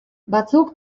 batzuk